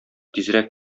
тизрәк